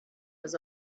was